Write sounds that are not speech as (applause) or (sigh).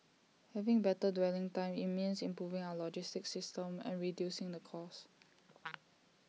having better dwelling time IT means improving our logistic system and reducing the cost (noise)